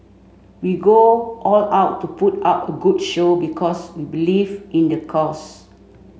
we go all out to put up a good show because we believe in the cause